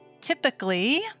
Typically